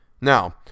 Now